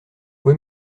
quoi